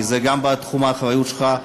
כי זה גם בתחום האחריות שלך,